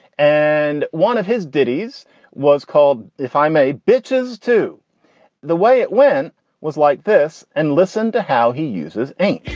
and one of his ditties was called if i'm a bitches to the way it went was like this. and listen to how he uses h